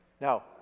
Now